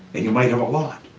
and you might have a lot.